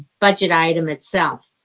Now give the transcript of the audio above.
budget item itself.